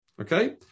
okay